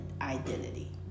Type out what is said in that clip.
identity